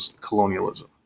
colonialism